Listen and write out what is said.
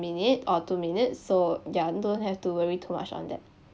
minute or two minutes so ya don't have to worry too much on that